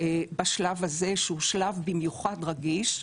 בשלב הזה שהוא שלב במיוחד רגיש,